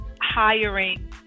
hiring